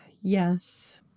Yes